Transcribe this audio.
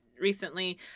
recently